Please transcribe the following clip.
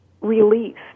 released